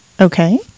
okay